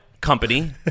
company